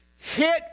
hit